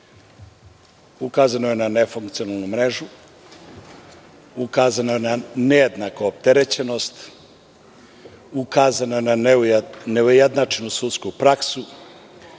Ukazano je na nefunkcionalnu mrežu, ukazano je na nejednaku opterećenost, ukazano je na neujednačenu sudsku praksu,